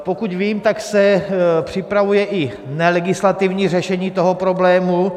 Pokud vím, tak se připravuje i nelegislativní řešení toho problému.